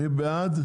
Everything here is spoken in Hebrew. מי בעד?